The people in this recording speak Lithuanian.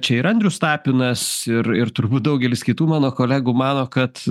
čia ir andrius tapinas ir ir turbūt daugelis kitų mano kolegų mano kad